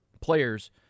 players